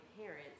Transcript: parents